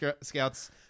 Scouts